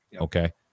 Okay